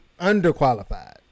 underqualified